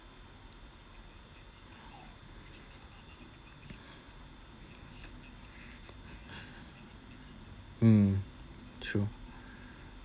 hmm true